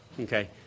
Okay